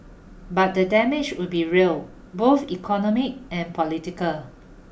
but the damage would be real both economic and political